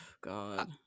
god